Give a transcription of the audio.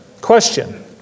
Question